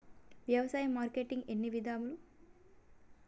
వ్యవసాయ మార్కెటింగ్ ఎన్ని విధాలు?